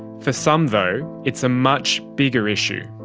for some though it's a much bigger issue.